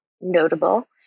notable